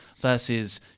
versus